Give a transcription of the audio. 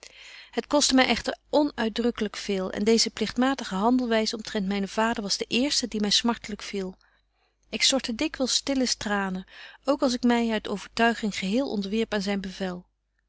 het koste my echter onuitdrukkelyk veel en deeze pligtmatige handelwys omtrent mynen vader was de eerste die my smartelyk viel ik stortte dikwyls stille tranen ook als ik my uit overtuiging geheel onderwierp aan zyn bevel